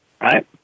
Right